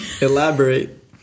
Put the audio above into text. Elaborate